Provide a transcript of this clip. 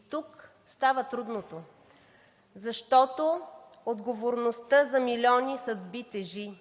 И тук става трудното, защото отговорността за милиони съдби тежи.